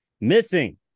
Missing